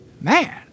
Man